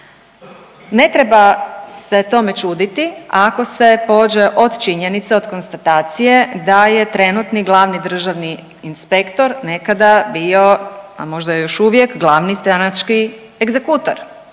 Ne treba se tome čuditi ako se pođe od činjenice, od konstatacije da je trenutni glavni državni inspektor nekada bio a možda još uvijek glavni stranački egzekutor.